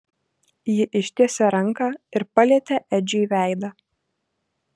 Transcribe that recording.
ji ištiesė ranką ir palietė edžiui veidą